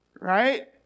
Right